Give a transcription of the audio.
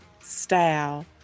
style